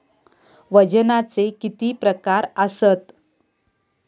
वजनाचे किती प्रकार आसत?